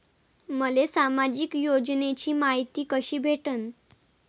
मले सामाजिक योजनेची मायती कशी भेटन?